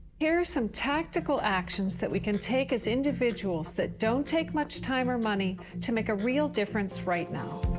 here is some tactical actions, that we can take as individuals, that don't take much time or money, to make a real difference right now.